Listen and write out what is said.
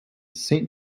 saint